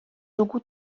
dugu